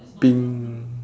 pink